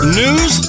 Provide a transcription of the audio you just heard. news